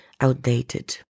outdated